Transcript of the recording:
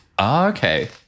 Okay